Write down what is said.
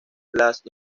las